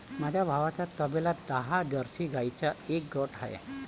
माझ्या भावाच्या तबेल्यात दहा जर्सी गाईंचा एक गट आहे